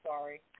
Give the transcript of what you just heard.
sorry